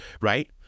right